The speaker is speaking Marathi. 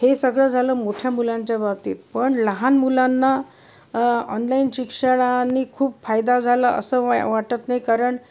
हे सगळं झालं मोठ्या मुलांच्या बाबतीत पण लहान मुलांना ऑनलाईन शिक्षणाने खूप फायदा झाला असं वाटत नाही कारण